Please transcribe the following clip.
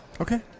Okay